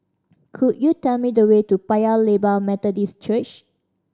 could you tell me the way to Paya Lebar Methodist Church